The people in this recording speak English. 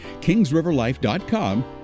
kingsriverlife.com